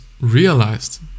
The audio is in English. realized